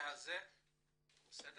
בנושא